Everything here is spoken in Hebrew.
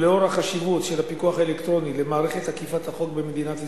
ולאור החשיבות של הפיקוח האלקטרוני למערכת אכיפת החוק במדינת ישראל,